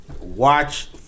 Watch